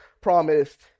promised